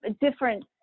different